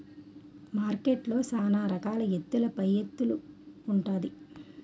మార్కెట్లో సాన రకాల ఎత్తుల పైఎత్తులు ఉంటాది